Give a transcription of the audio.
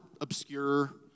obscure